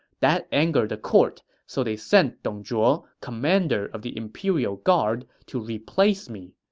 that angered the court, so they sent dong zhuo, commander of the imperial guard, to replace me,